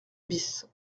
bis